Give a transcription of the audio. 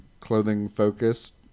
clothing-focused